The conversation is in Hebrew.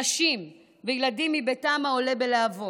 נשים וילדים מביתם העולה בלהבות.